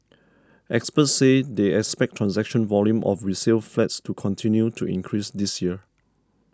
experts say they expect transaction volume of resale flats to continue to increase this year